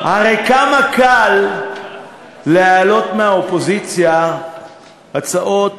הרי כמה קל להעלות מהאופוזיציה הצעות